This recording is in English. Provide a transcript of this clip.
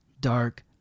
dark